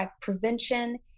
prevention